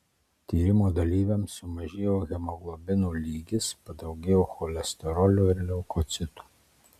tyrimo dalyviams sumažėjo hemoglobino lygis padaugėjo cholesterolio ir leukocitų